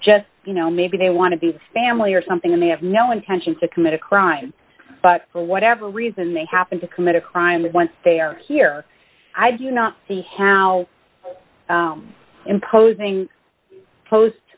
just you know maybe they want to be family or something and they have no intention to commit a crime but for whatever reason they happen to commit a crime and once they are here i do not see how imposing post